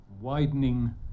widening